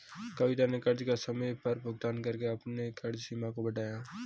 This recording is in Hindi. कविता ने कर्ज का समय पर भुगतान करके अपने कर्ज सीमा को बढ़ाया